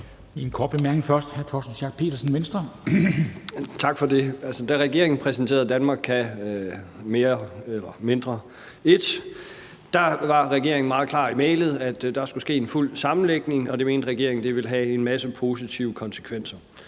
Venstre. Kl. 11:01 Torsten Schack Pedersen (V): Tak for det. Da regeringen præsenterede planen »Danmark kan mere I« – eller mindre – var regeringen meget klar i mælet. Der skulle ske en fuld sammenlægning, og det mente regeringen ville have en masse positive konsekvenser.